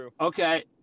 okay